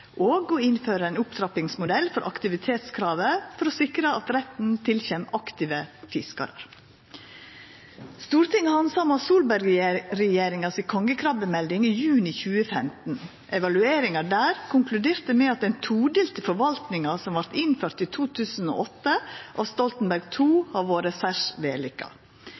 å innføra ein opptrappingsmodell for aktivitetskravet for å sikra at retten tilkjem aktive fiskarar. Stortinget handsama Solberg-regjeringa si kongekrabbemelding i juni i 2015. Evalueringa der konkluderte med at den todelte forvaltninga som vart innført i 2008 av Stoltenberg II-regjeringa, har vore særs